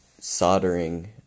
soldering